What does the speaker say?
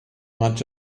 much